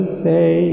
say